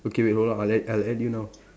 okay wait hold on I'll add I'll add you now